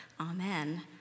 Amen